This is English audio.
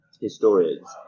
historians